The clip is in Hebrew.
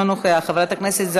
חבר הכנסת ישראל אייכלר,